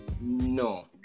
No